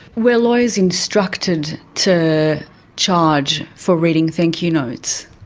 were lawyers instructed to charge for reading thank you notes?